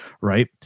right